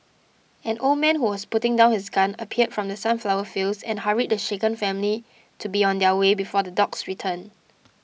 an old man who was putting down his gun appeared from the sunflower fields and hurried the shaken family to be on their way before the dogs return